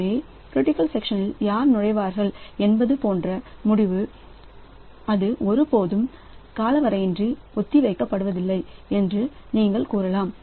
எனவே க்ரிட்டிக்கல் செக்ஷனில் யார் நுழைவார்கள் என்பது போன்ற முடிவு அது ஒருபோதும் காலவரையின்றி ஒத்திவைக்கப்படுவதில்லை என்று நீங்கள் கூறலாம்